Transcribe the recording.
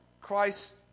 Christ